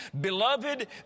Beloved